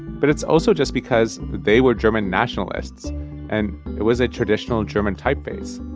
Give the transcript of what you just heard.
but it's also just because they were german nationalists and it was a traditional german typeface.